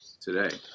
today